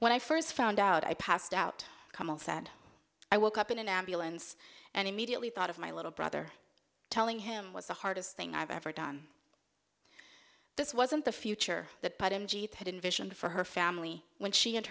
when i first found out i passed out said i woke up in an ambulance and immediately thought of my little brother telling him was the hardest thing i've ever done this wasn't the future that had envisioned for her family when she and